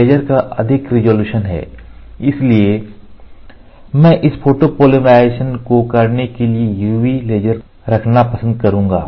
laser का अधिक resolution है इसलिए मैं इस फोटोपॉलीमराइज़ेशन को करने के लिए UV लेजर रखना पसंद करूंगा